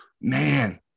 man